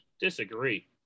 Disagree